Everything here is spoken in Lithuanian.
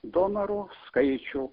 donorų skaičių